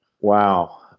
Wow